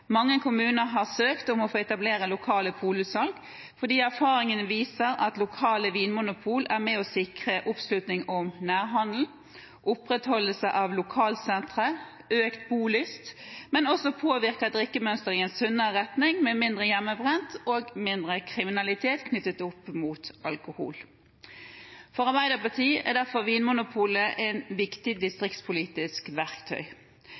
Mange kommuner har søkt om å få etablere lokale polutsalg, fordi erfaringene viser at lokale vinmonopol er med på å sikre oppslutning om nærhandel, opprettholde lokalsentre og øke bolysten, men er også med å påvirke drikkemønsteret i en sunnere retning med mindre hjemmebrent og mindre kriminalitet knyttet til alkohol. For Arbeiderpartiet er derfor Vinmonopolet et viktig distriktspolitisk verktøy.